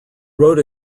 wrote